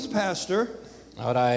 pastor